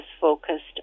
focused